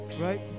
right